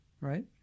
right